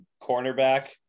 cornerback